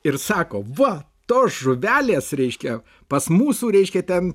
ir sako va tos žuvelės reiškia pas mūsų reiškia ten